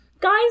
guys